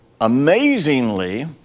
Amazingly